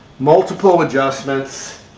multiple adjustments.